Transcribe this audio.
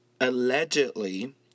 allegedly